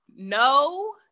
No